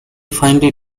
finally